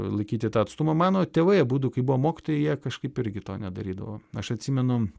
laikyti tą atstumą mano tėvai abudu kai buvo mokytojai jie kažkaip irgi to nedarydavo aš atsimenu